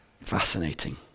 Fascinating